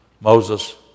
Moses